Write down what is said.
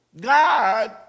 God